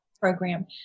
program